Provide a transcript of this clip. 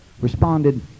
responded